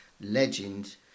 legend